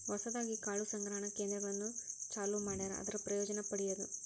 ಹೊಸದಾಗಿ ಕಾಳು ಸಂಗ್ರಹಣಾ ಕೇಂದ್ರಗಳನ್ನು ಚಲುವ ಮಾಡ್ಯಾರ ಅದರ ಪ್ರಯೋಜನಾ ಪಡಿಯುದು